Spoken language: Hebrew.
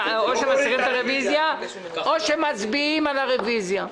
או שמסירים את הרוויזיה או שמצביעים על הרוויזיה.